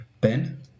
Ben